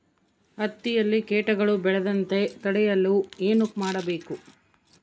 ಹತ್ತಿಯಲ್ಲಿ ಕೇಟಗಳು ಬೇಳದಂತೆ ತಡೆಯಲು ಏನು ಮಾಡಬೇಕು?